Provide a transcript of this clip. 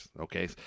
Okay